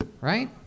right